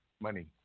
Money